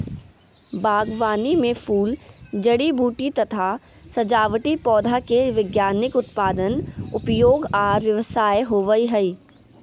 बागवानी मे फूल, जड़ी बूटी तथा सजावटी पौधा के वैज्ञानिक उत्पादन, उपयोग आर व्यवसाय होवई हई